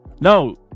No